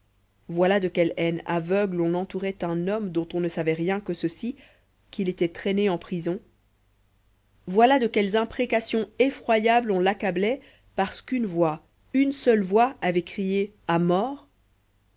voilà de quelle haine aveugle on entourait un homme dont on ne savait rien que ceci qu'il était traîné en prison voilà de quelles imprécations effroyables on l'accablait parce qu'une voix une seule voix avait crié à mort